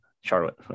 Charlotte